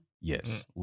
Yes